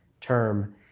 term